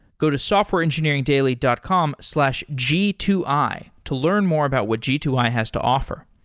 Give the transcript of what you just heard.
go to softwareengineeringdaily dot com slash g two i to learn more about what g two i has to offer.